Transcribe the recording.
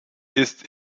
ist